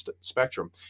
spectrum